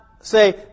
say